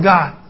God